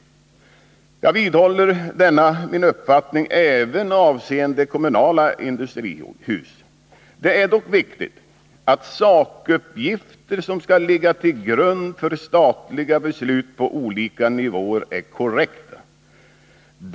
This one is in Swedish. Jag vidhåller denna min uppfattning, även avseende kommunala industrihus. Det är dock viktigt att sakuppgifter som ska ligga till grund för statliga beslut på olika nivåer är korrekta.